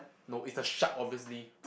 no it's the shark obviously